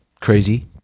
Crazy